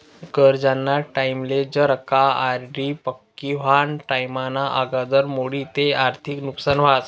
गरजना टाईमले जर का आर.डी पक्की व्हवाना टाईमना आगदर मोडी ते आर्थिक नुकसान व्हस